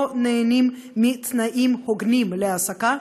הם לא נהנים מתנאים הוגנים של העסקה.